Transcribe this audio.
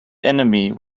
enemy